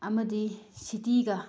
ꯑꯃꯗꯤ ꯁꯤꯇꯤꯒ